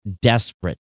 desperate